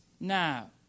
now